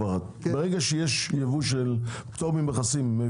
ברגע שיש פטור ממכסים,